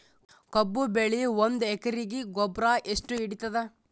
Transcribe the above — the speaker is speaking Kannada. ಕಬ್ಬು ಬೆಳಿ ಒಂದ್ ಎಕರಿಗಿ ಗೊಬ್ಬರ ಎಷ್ಟು ಹಿಡೀತದ?